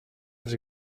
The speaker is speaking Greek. της